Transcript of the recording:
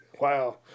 Wow